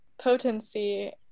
potency